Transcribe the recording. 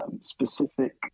specific